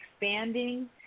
expanding